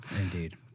Indeed